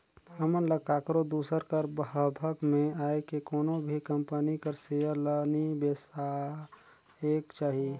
हमन ल काकरो दूसर कर भभक में आए के कोनो भी कंपनी कर सेयर ल नी बेसाएक चाही